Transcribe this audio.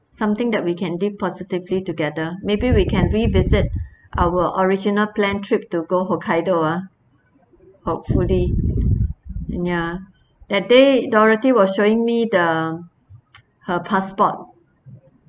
something that we can did positively together maybe we can revisit our original planned trip to go hokkaido uh hopefully ya that day dorothy was showing me the her passport